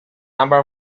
number